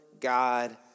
God